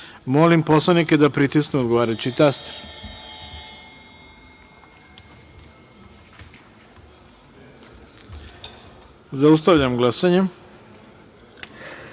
narodne poslanike da pritisnu odgovarajući taster. Zaustavljam glasanje: